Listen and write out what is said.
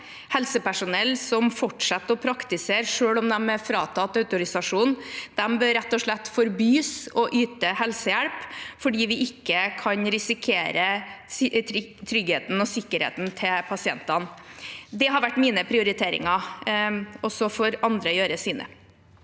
Helsepersonell som fortsetter å praktisere selv om de er fratatt autorisasjonen, bør rett og slett forbys å yte helsehjelp, for vi kan ikke risikere tryggheten og sikkerheten til pasientene. Det har vært mine prioriteringer, og så får andre gjøre sine.